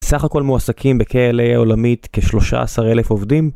סך הכל מועסקים בכאלה, עולמית, כשלושה עשר אלף עובדים.